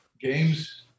games